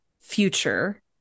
future